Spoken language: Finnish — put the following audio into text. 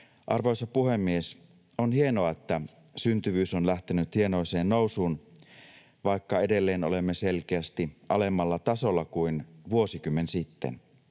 Arvoisa puhemies! On hienoa, että syntyvyys on lähtenyt hienoiseen nousuun, vaikka edelleen olemme selkeästi alemmalla tasolla kuin vuosikymmen sitten.